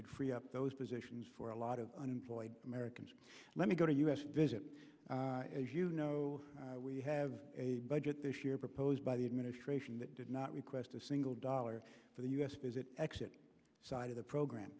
could free up those positions for a lot of unemployed americans let me go to u s visit as you know we have a budget this year proposed by the administration that did not request a single dollar for the u s visit exit side of the program